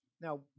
Now